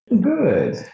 Good